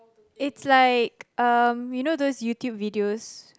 it's like um you know those YouTube videos